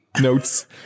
notes